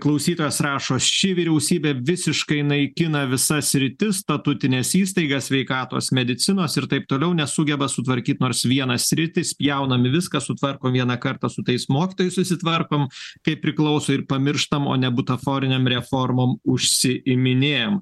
klausytojas rašo ši vyriausybė visiškai naikina visas sritis statutines įstaigas sveikatos medicinos ir taip toliau nesugeba sutvarkyt nors vieną sritį spjaunam į viską sutvarkom vieną kartą su tais mokytojais susitvarkom kaip priklauso ir pamirštam o ne butaforinėm reformom užsiiminėjam